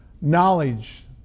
knowledge